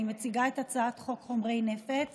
אני מציגה את הצעת חוק חומרי נפץ